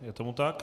Je tomu tak.